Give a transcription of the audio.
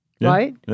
right